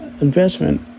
Investment